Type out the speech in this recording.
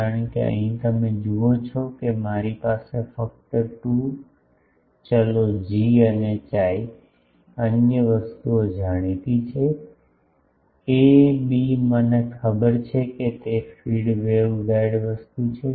કારણ કે અહીં તમે જુઓ છો કે મારી પાસે ફક્ત 2 ચલો જી અને chi અન્ય વસ્તુઓ જાણીતી છે એ બી મને ખબર છે કે તે ફીડ વેગગાઇડ વસ્તુ છે